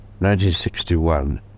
1961